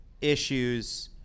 issues